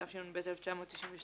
התשנ"ב-1992,